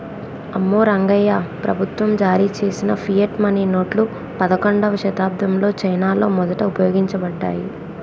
అమ్మో రంగాయ్యా, ప్రభుత్వం జారీ చేసిన ఫియట్ మనీ నోట్లు పదకండవ శతాబ్దంలో చైనాలో మొదట ఉపయోగించబడ్డాయి